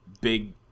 big